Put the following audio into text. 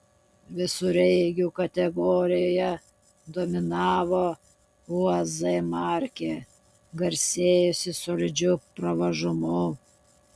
visureigių kategorijoje dominavo uaz markė garsėjusi solidžiu pravažumu